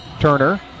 Turner